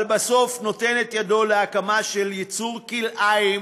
אבל בסוף נותן את ידו להקמה של יצור כלאיים